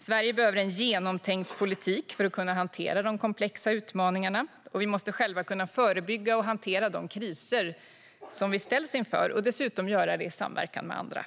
Sverige behöver en genomtänkt politik för att kunna hantera de komplexa utmaningarna. Vi måste själva kunna förebygga och hantera de kriser vi ställs inför och dessutom göra det i samverkan med andra.